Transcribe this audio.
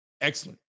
Excellent